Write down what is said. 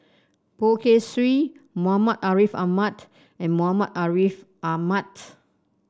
Poh Kay Swee Muhammad Ariff Ahmad and Muhammad Ariff Ahmad